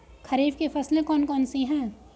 खरीफ की फसलें कौन कौन सी हैं?